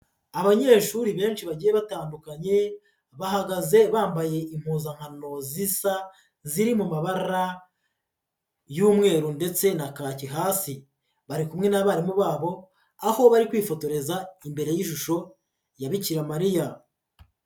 Abanyeshuri benshi bagiye batandukanye, bahagaze bambaye impuzankano zisa ziri mu mabara y'umweru ndetse na kaki hasi, bari kumwe n'abarimu babo, aho bari kwifotoreza imbere y'ishusho ya Bikira Mariya.